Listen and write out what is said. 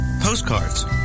postcards